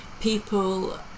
people